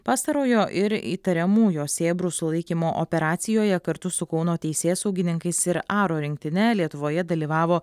pastarojo ir įtariamų jo sėbrų sulaikymo operacijoje kartu su kauno teisėsaugininkais ir aro rinktine lietuvoje dalyvavo